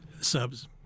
subs